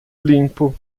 limpo